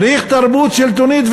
צריך תרבות שלטונית,